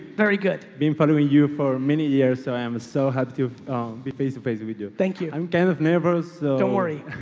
very good. been following you for many years. so i am so happy to be face to face with you. thank you. i'm kind of nervous. don't worry.